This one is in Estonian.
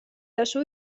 tasu